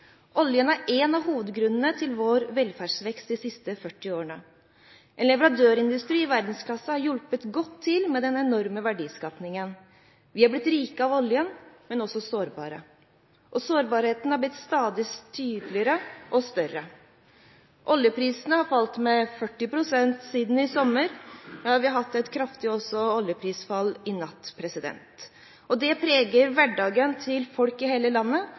Oljen er en av hovedgrunnene til vår velferdsvekst de siste 40 årene. En leverandørindustri i verdensklasse har hjulpet godt til med den enorme verdiskapingen. Vi har blitt rike av oljen, men også sårbare, og sårbarheten har blitt stadig tydeligere og større. Oljeprisen har falt med 40 pst. siden i sommer. Vi har også hatt et kraftig oljeprisfall i natt. Det preger hverdagen til folk i hele landet,